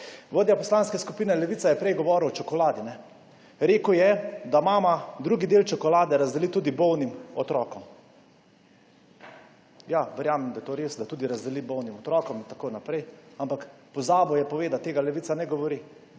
Vodja Poslanske skupine Levica je prej govoril o čokoladi. Rekel je, da mama drugi del čokolade razdeli tudi bolnim otrokom. Ja, verjamem, da je to res, da razdeli tudi bolnim otrokom in tako naprej. Ampak pozabil je povedati, tega Levica ne govori,